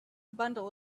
bundle